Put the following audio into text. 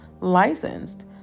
licensed